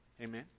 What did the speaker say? Amen